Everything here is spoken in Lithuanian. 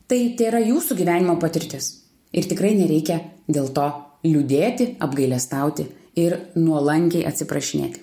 tai tėra jūsų gyvenimo patirtis ir tikrai nereikia dėl to liūdėti apgailestauti ir nuolankiai atsiprašinėti